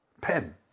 pen